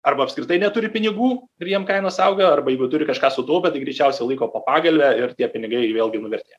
arba apskritai neturi pinigų ir jiem kainos auga arba jeigu turi kažką sutaupę tai greičiausiai laiko po pagalve ir tie pinigai vėlgi nuvertėja